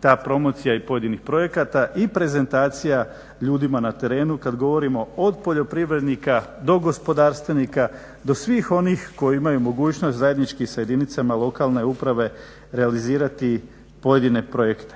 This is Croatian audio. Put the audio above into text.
ta promocija pojedinih projekata i prezentacija ljudima na terenu kada govorimo od poljoprivrednika do gospodarstvenika do svih onih koji imaju mogućnost zajednički sa jedinicama lokalne uprave realizirati pojedine projekte.